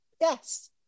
Yes